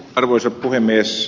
arvoisa puhemies